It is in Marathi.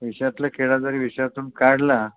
विषातला किडा जरी विषातून काढला